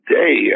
day